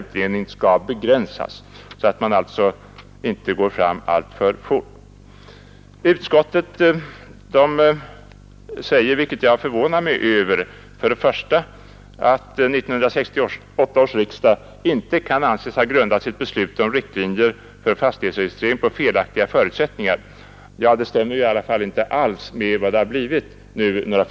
Utskottet skriver på s. 9 följande — vilket jag förvånar mig över: ”Inte heller kan 1968 års riksdag anses ha grundat sitt beslut om riktlinjer för fastighetsregistreringen på felaktiga förutsättningar.” Förutsättningarna stämmer emellertid inte alls med verkligheten, sådan den har blivit nu, bara